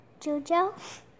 Jojo